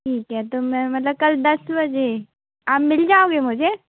ठीक है तो मैं मतलब कल दस बजे आप मिल जाओगे मुझे